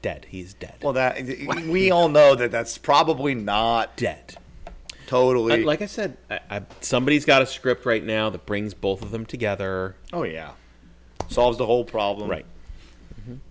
dead he's dead well that we all know that that's probably not debt total like i said i but somebody has got a script right now that brings both of them together oh yeah solves the whole problem right